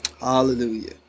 Hallelujah